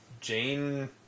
Jane